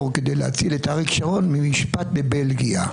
כדי להציל את אריק שרון ממשפט בבלגיה.